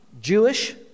Jewish